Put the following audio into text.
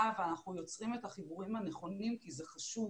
ואנחנו יוצרים את החיבורים הנכונים כי זה חשוב,